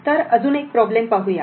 तर अजून एक प्रॉब्लेम पाहू या